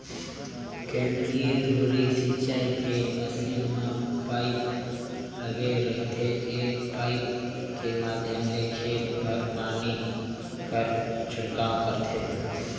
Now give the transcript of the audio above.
केंद्रीय धुरी सिंचई के मसीन म पाइप लगे रहिथे ए पाइप के माध्यम ले खेत भर पानी कर छिड़काव करथे